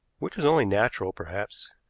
which was only natural, perhaps.